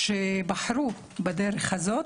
שבחרו בדרך הזאת,